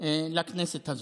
לכנסת הזאת.